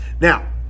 Now